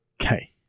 Okay